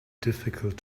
difficult